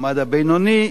המעמד הבינוני,